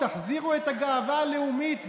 תחזירו את הגאווה הלאומית במעט,